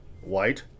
White